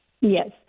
Yes